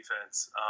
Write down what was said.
defense